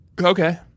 Okay